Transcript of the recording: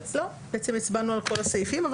לא, בעצם הצבענו על כל הסעיפים.